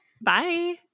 Bye